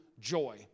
joy